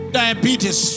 diabetes